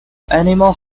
animal